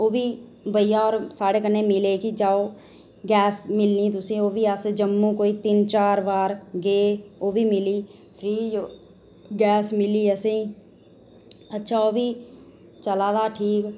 ओह्बी भइया होर मिले कि जाओ गैस मिलनी तुसेंगी ओह्बी अस जम्मू कोई तीन चार बार गे ओह्बी मिली फ्री गैस मिली असेंगी अच्छा ओह्बी चला दा ठीक